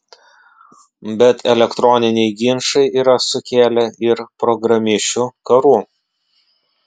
bet elektroniniai ginčai yra sukėlę ir programišių karų